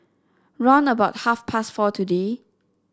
round about half past four today